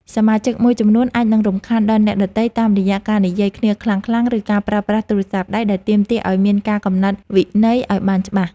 សមាជិកមួយចំនួនអាចនឹងរំខានដល់អ្នកដទៃតាមរយៈការនិយាយគ្នាខ្លាំងៗ ឬការប្រើប្រាស់ទូរស័ព្ទដៃ ដែលទាមទារឱ្យមានការកំណត់វិន័យឱ្យបានច្បាស់។